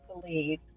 believe